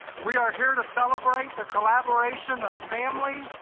we are here to celebrate the collaboration of family,